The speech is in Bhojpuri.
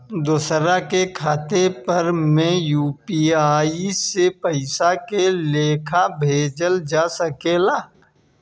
दोसरा के खाता पर में यू.पी.आई से पइसा के लेखाँ भेजल जा सके ला?